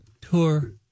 Tour